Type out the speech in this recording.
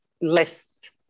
list